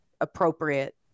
appropriate